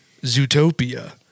Zootopia